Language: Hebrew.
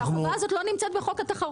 החובה הזאת לא נמצאת בחוק התחרות,